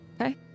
okay